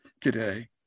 today